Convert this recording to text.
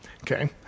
Okay